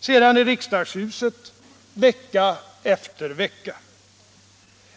sedan i riksdagshuset, vecka efter vecka.